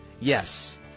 Yes